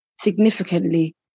significantly